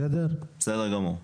בסדר גמור.